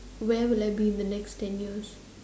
where will I be in the next ten years